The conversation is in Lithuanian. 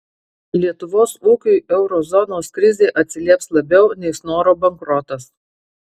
lietuvos ūkiui euro zonos krizė atsilieps labiau nei snoro bankrotas